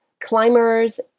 climbers